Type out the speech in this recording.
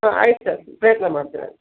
ಹಾಂ ಆಯ್ತು ಸರ್ ಪ್ರಯತ್ನ ಮಾಡ್ತೀನಿ ಆಯ್ತು